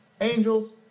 angels